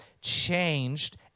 changed